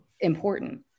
important